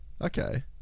Okay